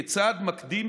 כצעד מקדים,